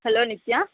hello Nithya